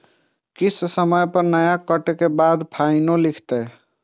किस्त समय पर नय कटै के बाद फाइनो लिखते?